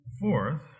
Fourth